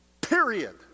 period